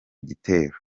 gitero